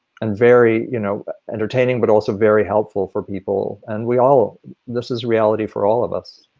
and very you know entertaining but also very helpful for people and we all this is reality for all of us,